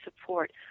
support